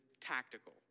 tactical